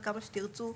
כמה שתרצו.